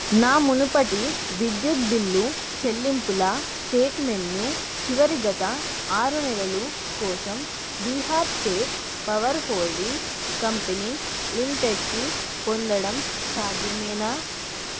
నా మునుపటి విద్యుత్ బిల్లు చెల్లింపుల స్టేట్మెంట్ను చివరి గత ఆరు నెలలు కోసం Bihar state power holding company లిమిటెడ్కి పొందడం సాధ్యమేనా